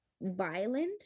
violent